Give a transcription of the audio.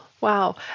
Wow